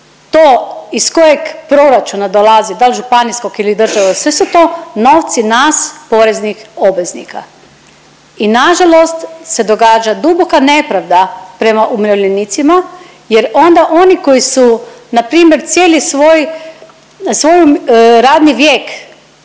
to iz kojeg proračuna dolazi da li županijskog ili države sve su to novci nas poreznih obveznika. I nažalost se događa duboka nepravda prema umirovljenicima jer onda oni koji su npr. cijeli svoj, svoj radni vijek